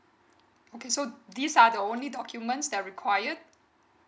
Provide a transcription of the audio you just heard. okay so these are the only documents that required